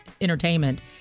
entertainment